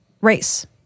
race